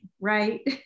Right